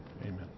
Amen